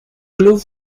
club